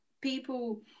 people